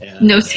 No